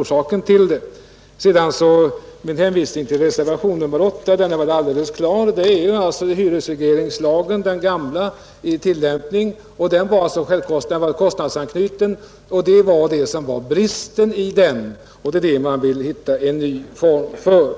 orsaker som ligger bakom. Vad sedan reservationen 8 angår är det alldeles klart att den är den gamla hyresregleringslagen i tillämpning, och där fanns det en kostnadsanknytning. Det var det som var en brist i den lagen, och det är det som man nu vill hitta en ny form för.